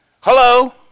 Hello